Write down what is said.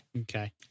Okay